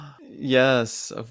Yes